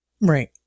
Right